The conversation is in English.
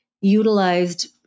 utilized